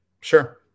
sure